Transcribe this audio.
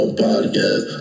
podcast